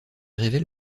révèle